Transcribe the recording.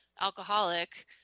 alcoholic